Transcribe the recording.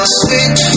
switch